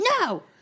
No